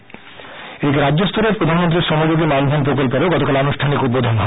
PM শ্রমযোগী এদিকে রাজ্যস্তরের প্রধানমন্ত্রী শ্রমযোগী মানধন প্রকল্পেরও গতকাল আনুষ্ঠানিক উদ্বোধন হয়